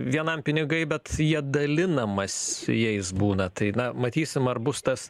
vienam pinigai bet jie dalinamas jais būna tai na matysim ar bus tas